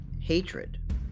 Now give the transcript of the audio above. hatred